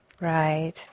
Right